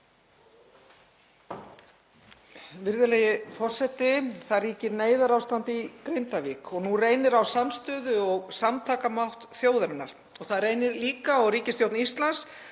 Virðulegi forseti. Það ríkir neyðarástand í Grindavík og nú reynir á samstöðu og samtakamátt þjóðarinnar. Það reynir líka á ríkisstjórn Íslands